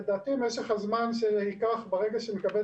לדעתי משך הזמן שייקח ברגע שנקבל